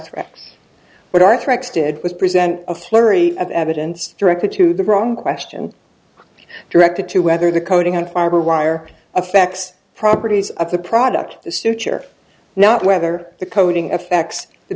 threats but our threats did was present a flurry of evidence directed to the wrong question directed to whether the coating on fiber wire affects properties of the product the suture not whether the coding affects the